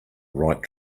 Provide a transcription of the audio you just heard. right